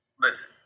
Listen